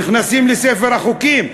נכנסים לספר החוקים,